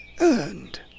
earned